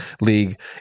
league